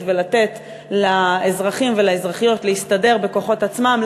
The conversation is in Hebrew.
ולתת לאזרחים ולאזרחיות להסתדר בכוחות עצמם,